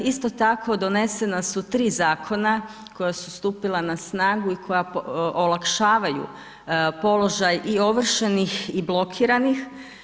Isto tako donesena su tri zakona koja su stupila na snagu i koja olakšavaju položaj i ovršenih i blokiranih.